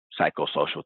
psychosocial